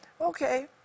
okay